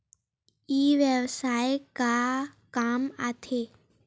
ई व्यवसाय का काम आथे?